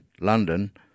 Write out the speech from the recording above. London